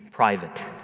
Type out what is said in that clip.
private